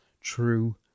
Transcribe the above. true